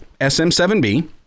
sm7b